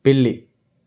పిల్లి